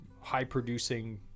high-producing